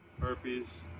Herpes